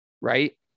right